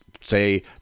say